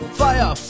fire